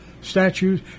statues